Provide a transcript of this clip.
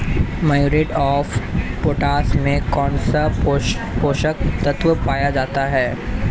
Muriate of potash में कौन सा पोषक तत्व पाया जाता है?